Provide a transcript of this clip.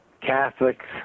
Catholics